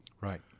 right